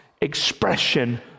expression